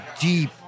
deep